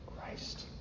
Christ